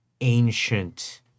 ancient